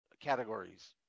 categories